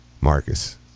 Marcus